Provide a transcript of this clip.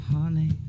Honey